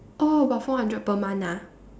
oh about four hundred per month ah